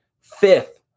fifth